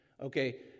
okay